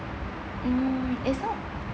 mm is not